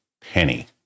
penny